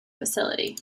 facility